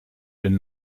den